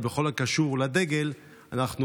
אבל בכל הקשור לדגל אנחנו